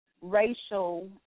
racial